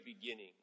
beginning